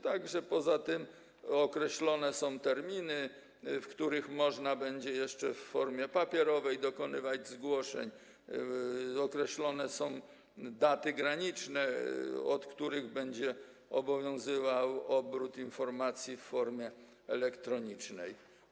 Tak że poza tym określone są terminy, w których będzie można jeszcze w formie papierowej dokonywać zgłoszeń, określone są daty graniczne, od których będzie obowiązywał obrót informacji w formie elektronicznej.